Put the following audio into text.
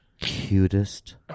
cutest